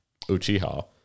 uchiha